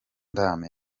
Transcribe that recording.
damme